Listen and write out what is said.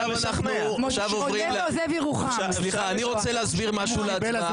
אני רוצה להסביר משהו להצבעה.